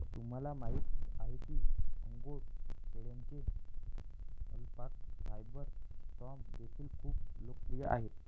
तुम्हाला माहिती आहे का अंगोरा शेळ्यांचे अल्पाका फायबर स्टॅम्प देखील खूप लोकप्रिय आहेत